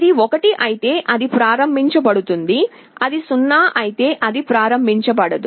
ఇది 1 అయితే అది ప్రారంభించబడుతుంది అది 0 అయితే అది ప్రారంభించబడదు